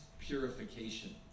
purification